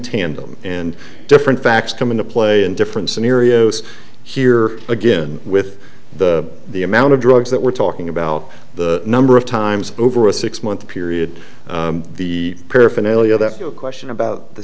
tandem and different facts come into play in different scenarios here again with the the amount of drugs that we're talking about the number of times over a six month period the paraphernalia that question about the